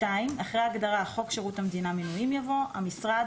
(2)אחרי ההגדרה "חוק שירות המדינה (מינויים)" יבוא: ""המשרד"